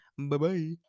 Bye-bye